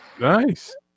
nice